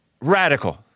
Radical